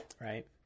right